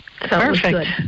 Perfect